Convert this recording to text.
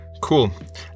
Cool